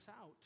out